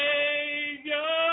Savior